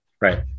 Right